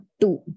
Two